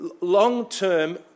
long-term